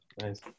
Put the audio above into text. Nice